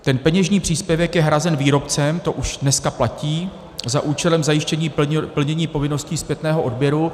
Ten peněžní příspěvek je hrazen výrobcem, to už dneska platí, za účelem zajištění povinnosti zpětného odběru.